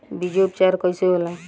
बीजो उपचार कईसे होला?